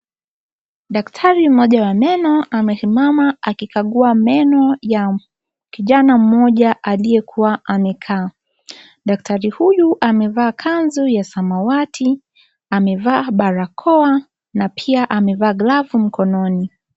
Daktari mmoja wa meno, amesimama akikagua meno ya kijana mmoja, aliyekuwa amekaa. Daktari huyu amevaa kanzu ya samawati. Amevaa balakoa na pia amevaa glove mkononi.